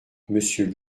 mmonsieur